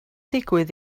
digwydd